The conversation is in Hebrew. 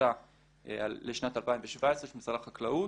שיצא לשנת 2017 של משרד החקלאות,